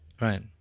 Right